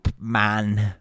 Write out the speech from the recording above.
man